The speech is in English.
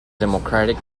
democratic